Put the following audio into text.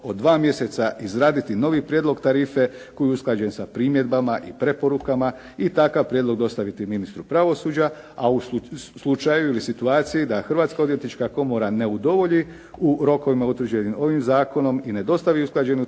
od dva mjeseca iz raditi novi prijedlog tarife koji je usklađen sa primjedbama i preporukama i takav prijedlog dostaviti ministru pravosuđa, a u slučaju ili situaciji da Hrvatska odvjetnička komora ne udovolji u rokovima utvrđenim ovim zakonom i ne dostavi usklađenu tarifu